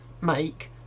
make